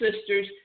sisters